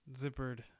zippered